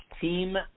Team